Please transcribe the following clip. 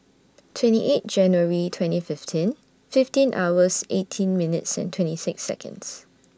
twenty eight January twenty fifteen fifteen hours eighteen minutes and twenty six Seconds